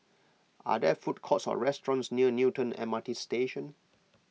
are there food courts or restaurants near Newton M R T Station